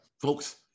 folks